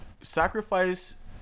sacrifice